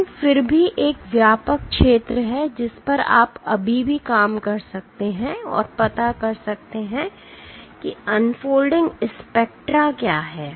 लेकिन फिर भी एक व्यापक क्षेत्र है जिस पर आप अभी भी काम कर सकते हैं और पता कर सकते हैं कि अनफोल्डिंग स्पेक्ट्रा क्या हैं